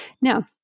Now